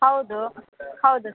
ಹೌದು ಹೌದು ಸರ್